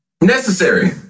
Necessary